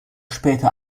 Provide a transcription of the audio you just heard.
später